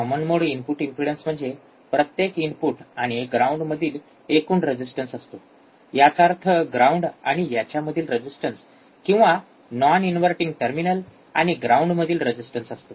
common mode input impedance म्हणजे प्रत्येक input आणि ग्राउंड मधील एकूण रेजिस्टन्स असतो याचा अर्थ ग्राउंड आणि याच्यामधील रेजिस्टन्स किंवा नॉन इनव्हर्टिंग टर्मिनल आणि ग्राउंडमधील रेजिस्टन्स असतो